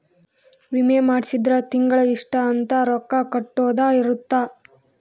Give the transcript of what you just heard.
ವಿಮೆ ಮಾಡ್ಸಿದ್ರ ತಿಂಗಳ ಇಷ್ಟ ಅಂತ ರೊಕ್ಕ ಕಟ್ಟೊದ ಇರುತ್ತ